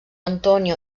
antonio